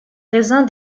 raisin